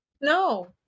no